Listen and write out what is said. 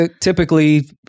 typically